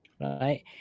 right